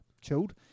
chilled